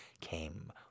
came